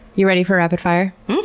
you ready for rapid fire?